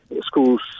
schools